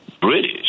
British